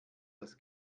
das